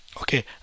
okay